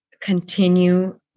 continue